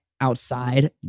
outside